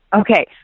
Okay